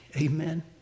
Amen